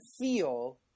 feel